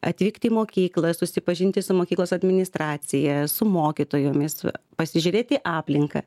atvykt į mokyklą susipažinti su mokyklos administracija su mokytojomis pasižiūrėti aplinką